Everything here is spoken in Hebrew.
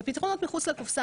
פתרונות מחוץ לקופסה,